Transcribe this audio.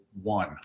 one